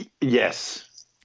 Yes